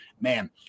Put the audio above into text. man